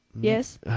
Yes